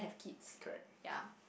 kids ya